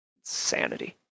Insanity